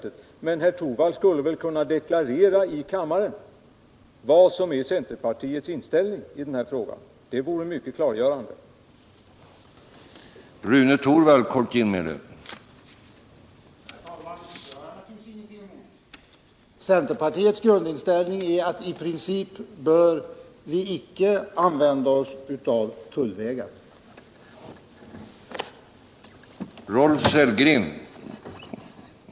Men det är ganska orimligt om inte herr Torwald här skulle kunna deklarera vad som är centerpartiets inställning i denna fråga. Det skulle vara mycket klargörande om han gjorde det.